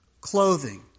clothing